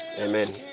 Amen